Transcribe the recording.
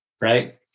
right